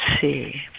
see